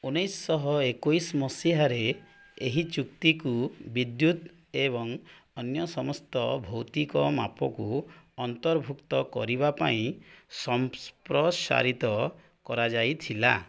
ଉଣେଇଶହ ଏକୋଇଶ ମସିହାରେ ଏହି ଚୁକ୍ତିକୁ ବିଦ୍ୟୁତ୍ ଏବଂ ଅନ୍ୟ ସମସ୍ତ ଭୌତିକ ମାପକୁ ଅନ୍ତର୍ଭୁକ୍ତ କରିବା ପାଇଁ ସମ୍ପ୍ରସାରିତ କରାଯାଇଥିଲା